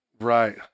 right